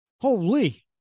Holy